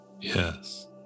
Yes